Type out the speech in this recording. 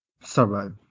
survive